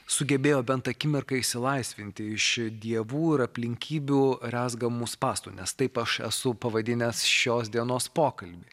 sugebėjo bent akimirkai išsilaisvinti iš dievų ir aplinkybių rezgamų spąstų nes taip aš esu pavadinęs šios dienos pokalbį